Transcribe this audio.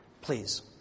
Please